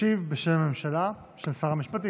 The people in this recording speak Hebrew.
ישיב, בשם שר המשפטים,